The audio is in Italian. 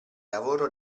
lavoro